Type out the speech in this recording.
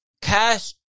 cash